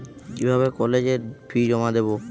কিভাবে কলেজের ফি জমা দেবো?